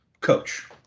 coach